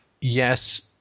yes